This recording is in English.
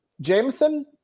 Jameson